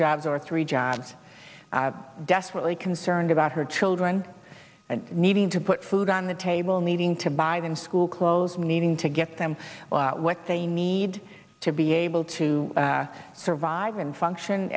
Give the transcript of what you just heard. jobs or three jobs desperately concerned about her children and needing to put food on the table needing to buy them school clothes needing to get them what they need to be able to survive and function